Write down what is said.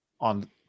On